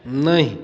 नहि